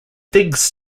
digs